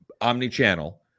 omni-channel